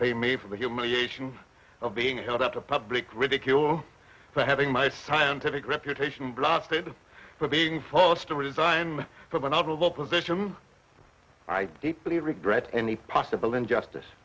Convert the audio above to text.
pay me for the humiliation of being held up to public ridicule for having my scientific reputation blasted for being forced to resign but i will position i deeply regret any possible injustice